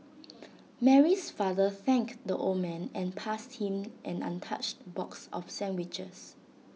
Mary's father thanked the old man and passed him an untouched box of sandwiches